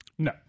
No